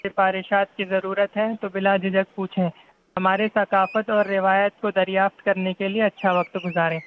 سفارشات کی ضرورت ہے تو بنا جھجھک پوچھیں ہمارے ثقافت اور روایت کو دریافت کرنے کے لیے اچھا وقت گذاریں